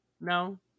No